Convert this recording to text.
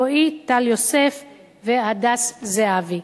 רועי טל יוסף והדס זהבי.